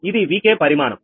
ఇది Vk పరిమాణం